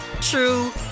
true